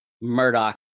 Murdoch